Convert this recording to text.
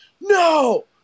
no